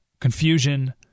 confusion